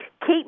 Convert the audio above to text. Kate